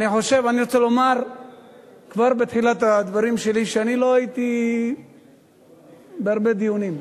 אני רוצה לומר כבר בתחילת הדברים שלי שאני לא הייתי בהרבה דיונים.